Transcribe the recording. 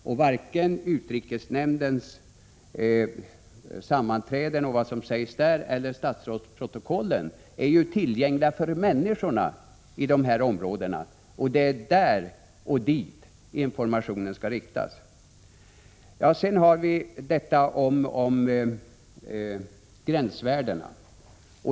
Varken protokollen från utrikesnämndens sammanträden eller statsrådsprotokollen är tillgängliga för människorna i de här områdena, och det är till dessa människor informationen skall riktas. Sedan har vi detta med gränsvärdena.